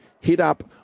hit-up